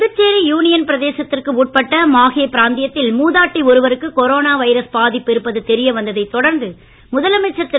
Puducherry union பிரதேசத்திற்கு உட்பட்ட மாஹே பிராந்தியத்தில் மூதாட்டி ஒருவருக்கு கொரோனா வைரஸ் பாதிப்பு இருப்பது தெரிய வந்ததை தொடர்ந்து முதலமைச்சர் திரு